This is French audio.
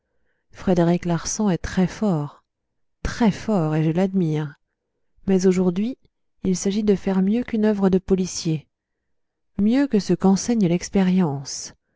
frédéric larsan est très fort très fort et je l'admire mais aujourd'hui il s'agit de faire mieux qu'une œuvre de policier mieux que ce qu'enseigne l'expérience